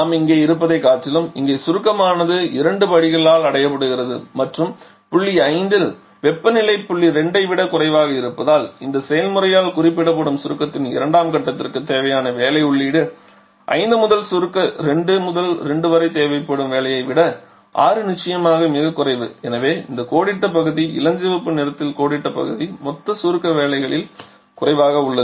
நாம் இங்கே இருப்பதைக் காட்டிலும் இங்கே சுருக்கமானது இரண்டு படிகளால் அடையப்படுகிறது மற்றும் புள்ளி 5 இல் வெப்பநிலை புள்ளி 2 ஐ விட குறைவாக இருப்பதால் இந்த செயல்முறையால் குறிப்பிடப்படும் சுருக்கத்தின் இரண்டாம் கட்டத்திற்கு தேவையான வேலை உள்ளீடு 5 முதல் சுருக்க 2 முதல் 2 வரை தேவைப்படும் வேலையை விட 6 நிச்சயமாக மிகக் குறைவு எனவே கோடிட்ட பகுதி இளஞ்சிவப்பு நிறத்தில் கோடிட்ட பகுதி மொத்த சுருக்க வேலைகளில் குறைவாக உள்ளது